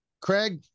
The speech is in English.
Craig